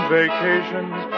vacations